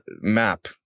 map